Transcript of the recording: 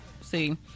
See